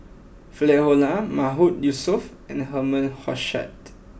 Philip Hoalim Mahmood Yusof and Herman Hochstadt